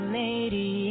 lady